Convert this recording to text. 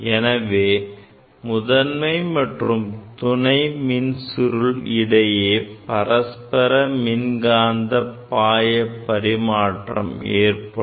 எனவே முதன்மை மற்றும் துணை மின் சுருள் இடையே பரஸ்பர காந்தப்பாய பரிமாற்றம் ஏற்படும்